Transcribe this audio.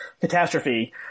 catastrophe